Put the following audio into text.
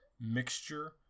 mixture